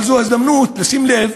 אבל זו ההזדמנות לשים לב,